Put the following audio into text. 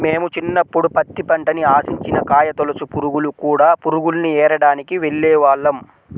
మేము చిన్నప్పుడు పత్తి పంటని ఆశించిన కాయతొలచు పురుగులు, కూడ పురుగుల్ని ఏరడానికి వెళ్ళేవాళ్ళం